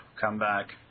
comeback